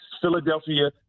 Philadelphia